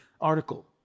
article